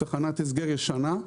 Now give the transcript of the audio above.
היא תחנת הסגר ישנה,